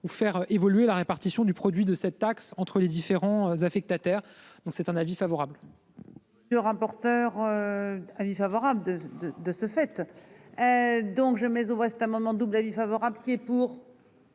ou faire évoluer la répartition du produit de cette taxe entre les différents affectataires. Donc c'est un avis favorable.-- Le rapporteur. Avis favorable de, de, de ce fait. Donc je mais on reste un moment double avis favorable qui est pour.--